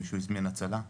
'מישהו הזמין הצלה?',